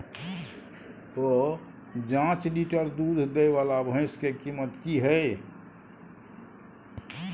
प जॉंच लीटर दूध दैय वाला भैंस के कीमत की हय?